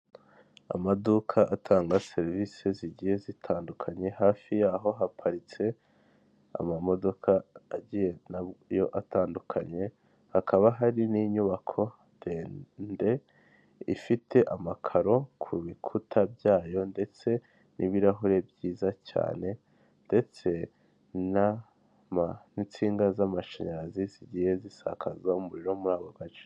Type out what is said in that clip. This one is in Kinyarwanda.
Amaduka atanga serivisi zigiye zitandukanye hafi y'aho haparitse amamodoka nayo atandukanye, hakaba hari n'inyubako ndende ifite amakaro ku bikuta byayo ndetse n'ibirahure byiza cyane ndetse n'insinga z'amashanyarazi zigiye zisakaza umuriro muri ako gace.